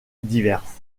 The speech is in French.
diverses